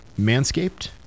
Manscaped